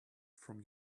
from